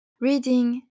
Reading